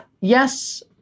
yes